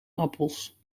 appels